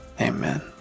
Amen